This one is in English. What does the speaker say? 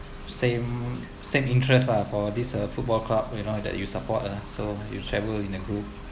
same same interests lah for this uh football club you know that you support ah so you travel in a group